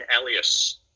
Alias